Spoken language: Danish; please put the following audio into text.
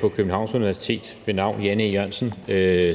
på Københavns Universitet,